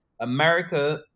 America